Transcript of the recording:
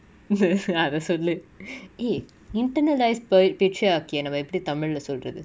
அத சொல்லு:atha sollu eh internalise per patriarchy நம்ம எப்டி:namma epdi tamil lah சொல்ரது:solrathu